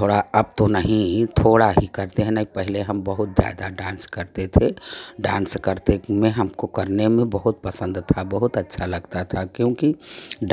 थोड़ा अब तो नहीं ही थोड़ा ही करते नहीं पहले हम बहुत ज्यादा डांस करते थे डांस करते में हमको करने में बहुत पसंद था बहुत अच्छा लगता था क्योंकि